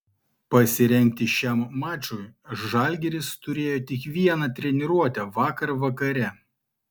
pasirengti šiam mačui žalgiris turėjo tik vieną treniruotę vakar vakare